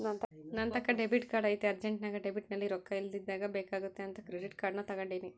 ನಂತಾಕ debit card ಐತೆ ಅರ್ಜೆಂಟ್ನಾಗ ಡೆಬಿಟ್ನಲ್ಲಿ ರೊಕ್ಕ ಇಲ್ಲದಿದ್ದಾಗ ಬೇಕಾಗುತ್ತೆ ಅಂತ ಕ್ರೆಡಿಟ್ ಕಾರ್ಡನ್ನ ತಗಂಡಿನಿ